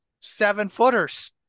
seven-footers